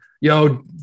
yo